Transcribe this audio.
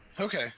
Okay